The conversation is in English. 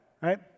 Right